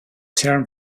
term